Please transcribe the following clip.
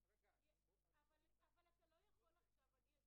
אתה לא יכול עכשיו להגיד